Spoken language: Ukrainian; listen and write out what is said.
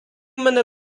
мене